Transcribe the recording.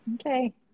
Okay